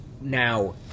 now